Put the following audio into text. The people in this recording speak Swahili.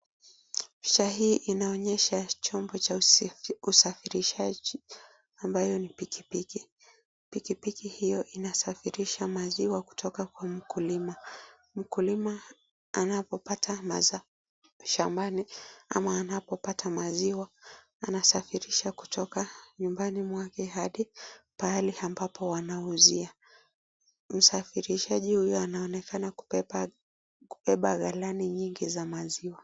Picha hii inaonyesha chombo cha usafirishaji ambayo ni pikipiki. Pikipiki hiyo inasafirisha maziwa kutoka kwa mkulima. Mkulima anapopata mazao shambani ama anapopata maziwa, anasafirisha kutoka nyumbani mwake hadi pahali ambapo wanauzia. Msafirishaji huyo anaonekana kubeba galani nyingi za maziwa.